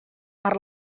per